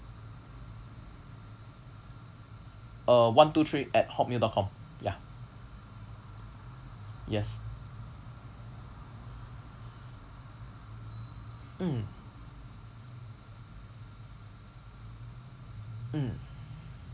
uh one two three at hotmail dot com ya yes mm mm